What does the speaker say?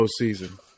postseason